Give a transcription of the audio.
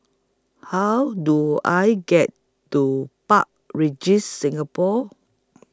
How Do I get to Park Regis Singapore